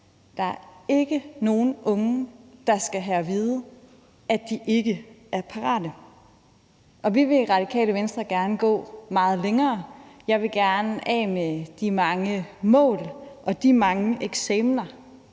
Der er ikke nogen unge, der skal have at vide, at de ikke er parate. Vi i Radikale Venstre vil gerne gå meget længere. Jeg vil gerne af med de mange mål og de mange eksamener,